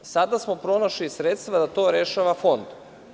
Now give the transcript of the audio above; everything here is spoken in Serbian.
Sada smo pronašli sredstva da to rešava Fond.